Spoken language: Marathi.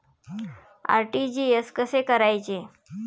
आर.टी.जी.एस कसे करायचे?